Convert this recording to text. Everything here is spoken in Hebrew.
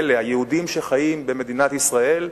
אלה, היהודים שחיים במדינת ישראל,